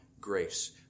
grace